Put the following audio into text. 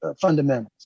fundamentals